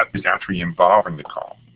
is actually involved in the call.